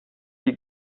sie